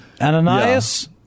Ananias